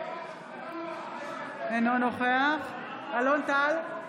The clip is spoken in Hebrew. אינו נוכח אלון טל,